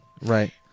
right